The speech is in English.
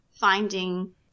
finding